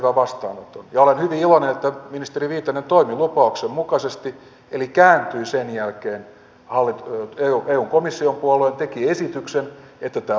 ja olen hyvin iloinen että ministeri viitanen toimi lupauksensa mukaisesti eli kääntyi sen jälkeen eun komission puoleen teki esityksen että tästä luovutaan